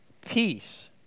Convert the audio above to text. peace